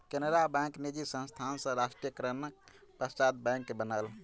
Canara bank निजी संस्थान सॅ राष्ट्रीयकरणक पश्चात बैंक बनल